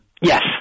Yes